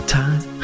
time